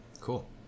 Cool